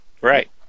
Right